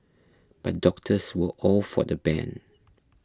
but doctors were all for the ban